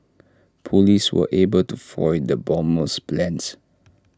Police were able to foil the bomber's plans